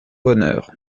bonheur